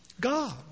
God